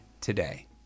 today